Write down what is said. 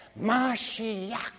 Mashiach